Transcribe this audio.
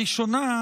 הראשון,